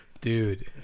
Dude